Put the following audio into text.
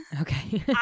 Okay